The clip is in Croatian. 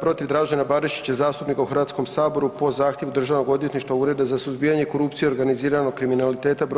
protiv Dražena Barišića, zastupnika u HS-u po zahtjevu Državnog odvjetništva, Ureda za suzbijanje korupcije i organiziranog kriminaliteta br.